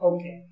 Okay